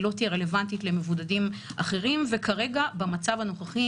היא לא תהיה רלוונטית למבודדים אחרים וכרגע במצב הנוכחי,